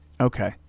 Okay